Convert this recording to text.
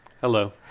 Hello